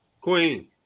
Queen